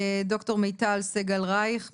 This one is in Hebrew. ד"ר מיטל סגל רייך,